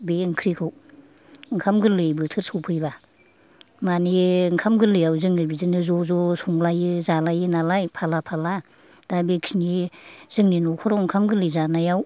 बे ओंख्रिखौ ओंखाम गोरलै बोथोर सफैब्ला मानि ओंखाम गोरलैआव जोङो बिदिनो ज' ज' संलायो जालायो नालाय फाला फाला दा बेखिनि जोंनि न'खराव ओंखाम गोरलै जानायाव